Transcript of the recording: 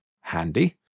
handy